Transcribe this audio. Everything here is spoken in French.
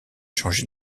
changé